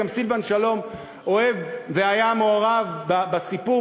גם סילבן שלום אוהב והיה מעורב בסיפור,